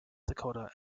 dakota